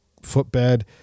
footbed